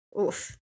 oof